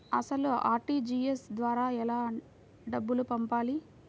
అసలు అర్.టీ.జీ.ఎస్ ద్వారా ఎలా డబ్బులు పంపాలి?